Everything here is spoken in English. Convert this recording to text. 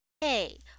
hey